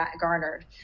garnered